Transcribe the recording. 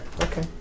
Okay